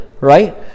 right